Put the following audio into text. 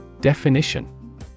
Definition